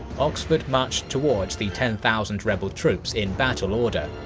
oxford marched towards the ten thousand rebel troops in battle order.